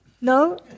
No